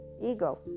ego